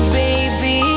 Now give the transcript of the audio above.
baby